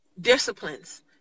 disciplines